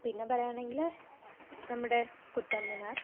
പിന്നെ പറയുകയാണെങ്കിൽ നമ്മുടെ കുത്തബ് മിനാർ